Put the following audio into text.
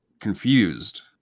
confused